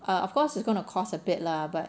uh of course it's going to cost a bit lah but